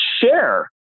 share